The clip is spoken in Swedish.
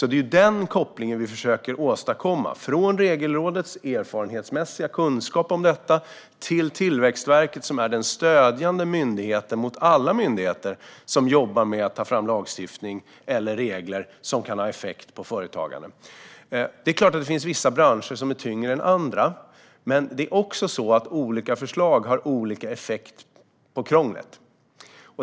Det är den kopplingen som vi försöker åstadkomma, från Regelrådets erfarenhetsmässiga kunskap om detta till Tillväxtverket som är den stödjande myndigheten för alla myndigheter som jobbar med att ta fram lagstiftning eller regler som kan ha effekt på företagande. Det är klart att det finns vissa branscher som är tyngre än andra, men olika förslag har olika effekt på krånglet.